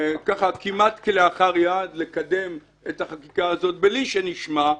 כמעט כלאחר יד לקדם את החקיקה הזאת מבלי שנשמע,